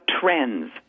trends